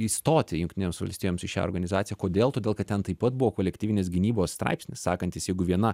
įstoti jungtinėms valstijoms į šią organizaciją kodėl todėl kad ten taip pat buvo kolektyvinės gynybos straipsnis sakantis jeigu viena